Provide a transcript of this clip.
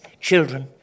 children